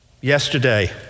Yesterday